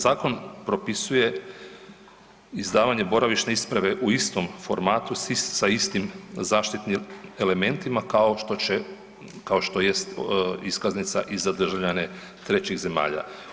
Zakon propisuje izdavanje boravišne isprave u istom formatu sa istim zaštitnim elementima, kao što će, kao što jest iskaznica i za državljane trećih zemalja.